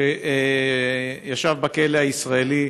שישב בכלא הישראלי,